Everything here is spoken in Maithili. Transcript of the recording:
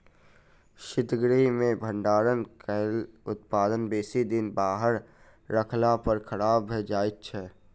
शीतगृह मे भंडारण कयल उत्पाद बेसी दिन बाहर रखला पर खराब भ जाइत छै